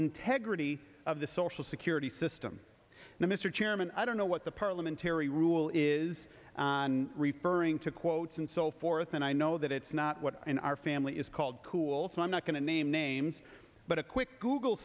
integrity of the social security system and mr chairman i don't know what the parliamentary rule is referring to quotes and so forth and i know that it's not what in our family is called cool so i'm not going to name names but a quick google